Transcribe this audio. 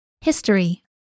History